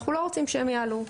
אנחנו לא רוצים שהם יעלו.